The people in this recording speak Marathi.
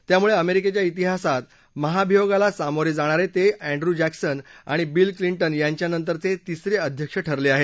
त्यामुळे अमेरिकेच्या इतिहासात महाभियोगाला सामोरं जाणारे ते अँड्रयू जक्सिन आणि विल क्लिंदि यांच्यानंतरचे तिसरे अध्यक्ष ठरले आहेत